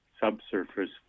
subsurface